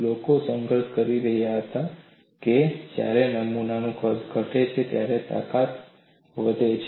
લોકો સંઘર્ષ કરી રહ્યા હતા કે જ્યારે નમૂનાનું કદ ઘટે છે તાકાત વધે છે